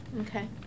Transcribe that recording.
Okay